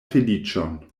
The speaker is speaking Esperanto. feliĉon